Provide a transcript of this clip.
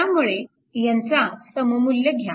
त्यामुळे त्यांचा सममुल्य घ्या